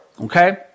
Okay